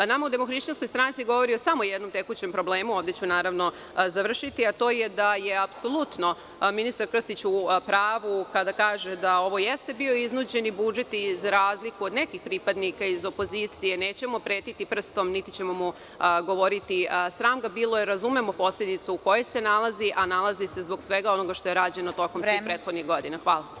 Nama u DHSS govori samo o jednom tekućem problemu, ovde ću naravno završiti, a to je da je apsolutno ministar Krstić u pravu kada kaže da ovo jeste bio iznuđeni budžet i za razliku od nekih pripadnika iz opozicije nećemo pretiti prstom niti ćemo mu govoriti sram ga bilo, jer razumemo posledicu u kojoj se nalazi, a nalazi se zbog svega onoga što je rađeno svih prethodnih godina.